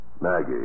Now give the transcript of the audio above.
Maggie